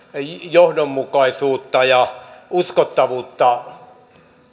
johdonmukaisuutta ja uskottavuutta